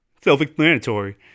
Self-explanatory